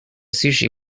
sushi